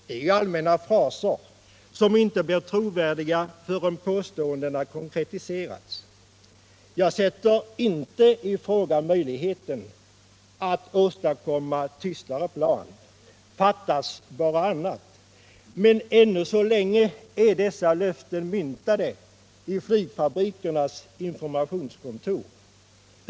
Detta är ju allmänna fraser, som inte blir trovärdiga förrän påståendena konkretiserats. Jag sätter inte i fråga möjligheten att producera tystare plan — fattas bara annat. Men ännu så länge är dessa löften myntade i flygfabrikernas informationskontor.